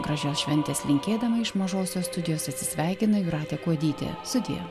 gražios šventės linkėdama iš mažosios studijos atsisveikina jūratė kuodytė sudie